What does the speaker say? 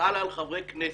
שחלה על חברי כנסת,